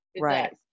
right